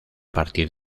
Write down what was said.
partir